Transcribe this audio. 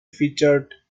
featured